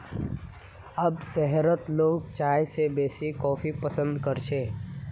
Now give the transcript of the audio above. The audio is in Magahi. अब शहरत लोग चाय स बेसी कॉफी पसंद कर छेक